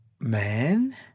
Man